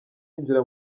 yinjira